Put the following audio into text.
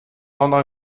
vendre